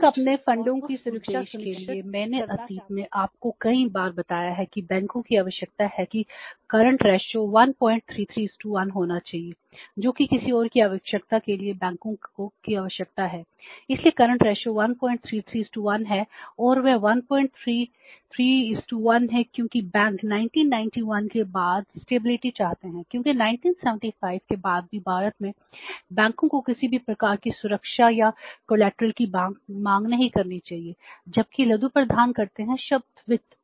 और उस उद्देश्य के लिए मैंने आपको अतीत में भी कई बार बताया है कि बैंकों की आवश्यकता है कि करंट रेशों की मांग नहीं करनी चाहिए जबकि लघु प्रदान करते हैं शब्द वित्त